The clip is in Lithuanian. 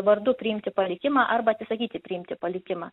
vardu priimti palikimą arba atsisakyti priimti palikimą